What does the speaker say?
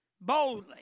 boldly